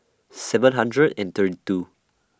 seven hundred and thirty two